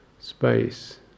space